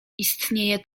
istnieję